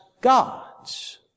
God's